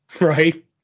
Right